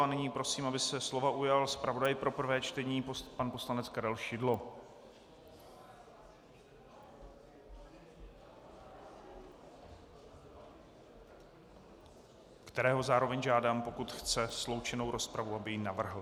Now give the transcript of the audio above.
A nyní prosím, aby se slova ujal zpravodaj pro prvé čtení pan poslanec Karel Šidlo, kterého zároveň žádám, pokud chce sloučenou rozpravu, aby ji navrhl.